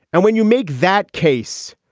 and when you make that case,